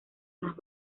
unas